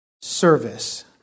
service